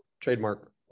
trademark